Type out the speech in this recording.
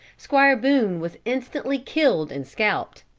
squire boone was instantly killed and scalped.